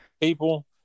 people